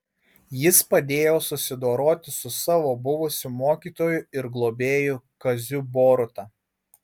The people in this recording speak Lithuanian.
jis padėjo susidoroti su savo buvusiu mokytoju ir globėju kaziu boruta